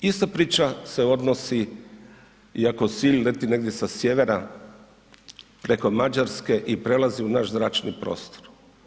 Ista priča se odnosi iako … leti negdje sa sjevera preko Mađarske i prelazi u naš zračni prostor.